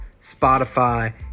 spotify